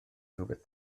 rywbeth